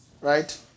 right